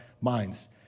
minds